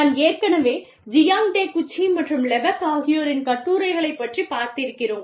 நாம் ஏற்கனவே Jiang Taguchi மற்றும் லெபக் ஆகியோரின் கட்டுரைகளைப் பற்றிப் பார்த்திருக்கிறோம்